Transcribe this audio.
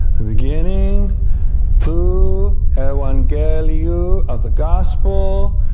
the beginning tou euangelliou, of the gospel,